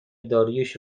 داریوش